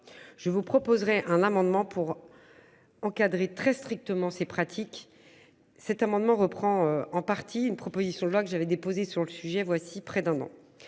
Je vous proposerai un amendement pour. Encadrer très strictement ces pratiques. Cet amendement reprend en partie une proposition de loi que j'avais déposé sur le sujet. Voici près d'un an.